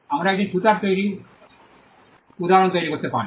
আমরা একজন ছুতার তৈরির উদাহরণ তৈরি করতে পারি